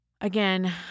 Again